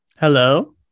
Hello